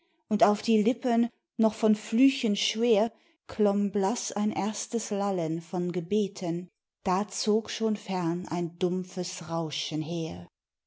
und auf die lippen noch von flüchen schwer klomm blaß ein erstes lallen von gebeten da zog schon fern ein dumpfes rauschen her